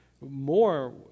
more